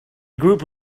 group